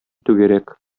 түгәрәк